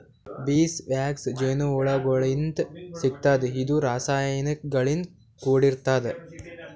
ಬೀಸ್ wax ಜೇನಹುಳಗೋಳಿಂತ್ ಸಿಗ್ತದ್ ಇದು ರಾಸಾಯನಿಕ್ ಗಳಿಂದ್ ಕೂಡಿರ್ತದ